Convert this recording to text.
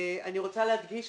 אני רוצה להדגיש,